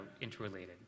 interrelated